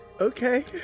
Okay